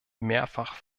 mehrfach